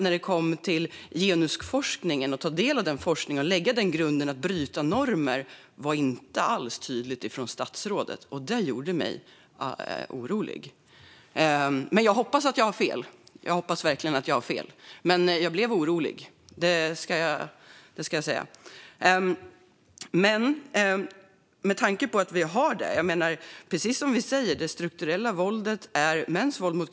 När det gällde att ta del av genusforskning som grund för att kunna bryta normer var statsrådet inte alls tydlig, och det gjorde mig orolig. Jag hoppas verkligen att jag har fel, men jag blev som sagt orolig. Precis som vi säger är mäns våld mot kvinnor ett strukturellt våld.